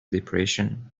depression